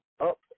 up